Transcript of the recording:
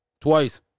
twice